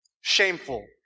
shameful